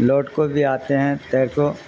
لوٹ کو بھی آتے ہیں تیر کوو